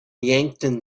yankton